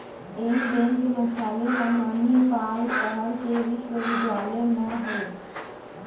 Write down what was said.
ए bank के मुख्यालय ह मनिपाल सहर के बिस्वबिद्यालय म हे